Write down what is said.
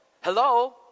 Hello